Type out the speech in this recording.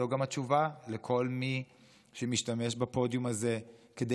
זו גם התשובה לכל מי שמשתמש בפודיום הזה כדי